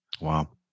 Wow